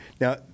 Now